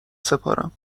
سپارم